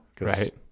Right